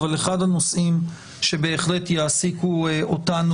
אבל אחד הנושאים שבהחלט יעסיקו אותנו